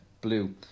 Blue